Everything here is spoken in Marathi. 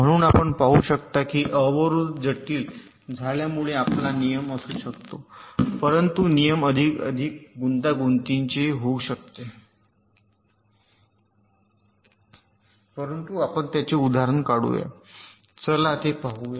म्हणून आपण पाहू शकता की अवरोध जटिल झाल्यामुळे आपला नियम असू शकतो परंतु नियम अधिकाधिक गुंतागुंतीचे होऊ शकते परंतु आपण त्याचे उदाहरण काढूया चला ते पाहूया